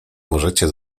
możecie